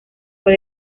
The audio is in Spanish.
fue